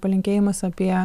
palinkėjimas apie